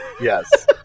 Yes